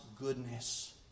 goodness